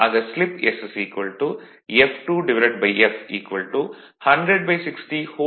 ஆக slip s f2f 1006050 0